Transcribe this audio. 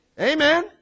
Amen